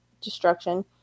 Destruction